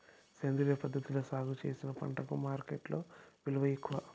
సేంద్రియ పద్ధతిలో సాగు చేసిన పంటలకు మార్కెట్టులో విలువ ఎక్కువ